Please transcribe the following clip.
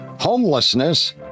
Homelessness